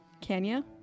Kenya